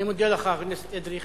אני מודה לך, חבר הכנסת אדרי.